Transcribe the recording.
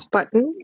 Button